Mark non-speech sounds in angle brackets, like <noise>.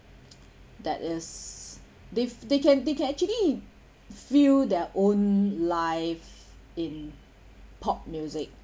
<noise> that is they they can they can actually feel their own life in pop music